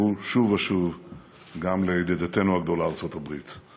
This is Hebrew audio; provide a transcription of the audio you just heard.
הם נאמרו שוב ושוב גם לידידתנו הגדולה ארצות הברית.